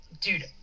dude